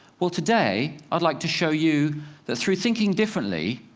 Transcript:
well, today, i'd like to show you that through thinking differently,